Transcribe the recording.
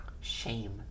Shame